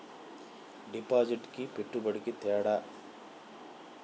డిపాజిట్కి పెట్టుబడికి తేడా?